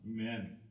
Amen